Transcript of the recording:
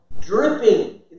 dripping